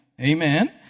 Amen